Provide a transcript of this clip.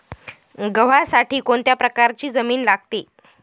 गव्हासाठी कोणत्या प्रकारची जमीन लागते?